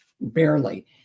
Barely